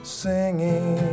singing